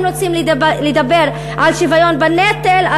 אם רוצים לדבר על שוויון בנטל,